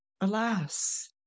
alas